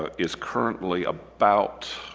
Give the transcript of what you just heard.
ah is currently about